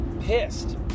pissed